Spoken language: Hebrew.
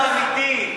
אתה שר האוצר האמיתי.